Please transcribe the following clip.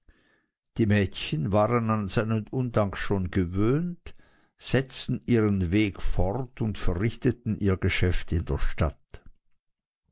die mädchen waren an seinen undank schon gewöhnt setzten ihren weg fort und verrichteten ihr geschäft in der stadt